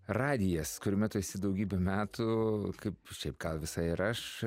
radijas kuriame tu esi daugybę metų kaip šiaip gal visai ir aš